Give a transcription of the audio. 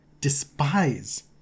despise